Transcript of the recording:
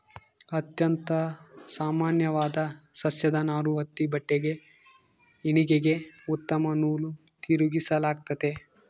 ಅತ್ಯಂತ ಸಾಮಾನ್ಯವಾದ ಸಸ್ಯದ ನಾರು ಹತ್ತಿ ಬಟ್ಟೆಗೆ ಹೆಣಿಗೆಗೆ ಉತ್ತಮ ನೂಲು ತಿರುಗಿಸಲಾಗ್ತತೆ